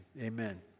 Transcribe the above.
Amen